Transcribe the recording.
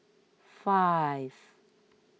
five